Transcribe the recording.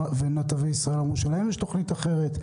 ונתיבי ישראל אמרו שלהם יש תוכנית אחרת.